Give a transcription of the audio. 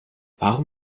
warum